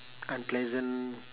unpleasant